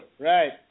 Right